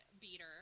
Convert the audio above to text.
beater